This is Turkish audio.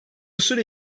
süre